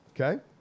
okay